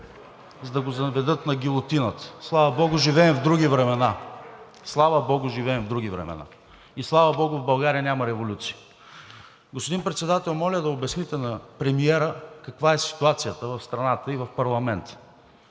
за да го заведат на гилотината. Слава богу, живеем в други времена, слава богу, живеем в други времена и слава богу в България няма революция. Господин Председател, моля да обясните на премиера каква е ситуацията в страната и в парламента.